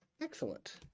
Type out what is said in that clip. Excellent